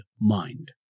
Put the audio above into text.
mind